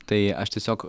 tai aš tiesiog